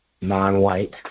non-white